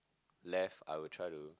left I will try to